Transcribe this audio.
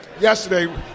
yesterday